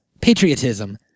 patriotism